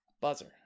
buzzer